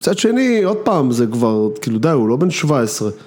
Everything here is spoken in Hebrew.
מצד שני, עוד פעם זה כבר, כאילו, די, הוא לא בן 17.